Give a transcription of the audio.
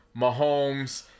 Mahomes